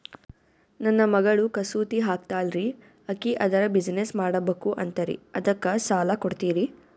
ನನ್ನ ಮಗಳು ಕಸೂತಿ ಹಾಕ್ತಾಲ್ರಿ, ಅಕಿ ಅದರ ಬಿಸಿನೆಸ್ ಮಾಡಬಕು ಅಂತರಿ ಅದಕ್ಕ ಸಾಲ ಕೊಡ್ತೀರ್ರಿ?